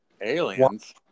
Aliens